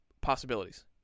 possibilities